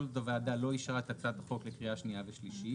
כל ועדה לא אישרה את הצעת החוק לקריאה שנייה או שלישית,